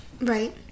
Right